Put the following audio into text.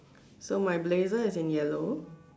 so my blazer is in yellow